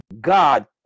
God